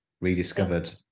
rediscovered